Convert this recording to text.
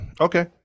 okay